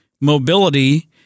mobility